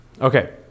Okay